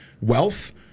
Wealth